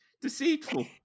deceitful